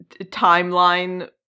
timeline